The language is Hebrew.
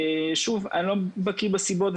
אני לא בקי בסיבות.